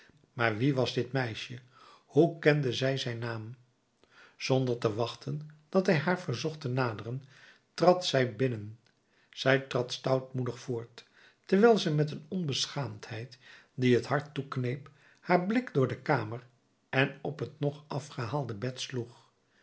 maar wie was dit meisje hoe kende zij zijn naam zonder te wachten dat hij haar verzocht te naderen trad zij binnen zij trad stoutmoedig voort terwijl ze met een onbeschaamdheid die het hart toekneep haar blik door de kamer en op het nog afgehaalde bed sloeg